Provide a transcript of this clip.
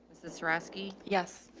is this rascii? yes.